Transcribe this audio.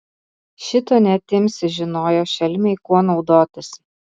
šito neatimsi žinojo šelmiai kuo naudotis